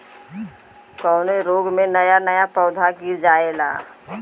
कवने रोग में नया नया पौधा गिर जयेला?